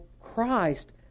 Christ